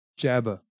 Jabba